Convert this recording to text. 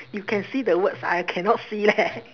you can see the words I cannot see leh